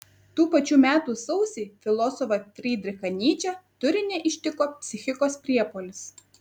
tų pačių metų sausį filosofą frydrichą nyčę turine ištiko psichikos priepuolis